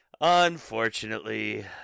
Unfortunately